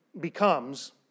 becomes